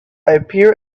appear